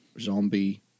zombie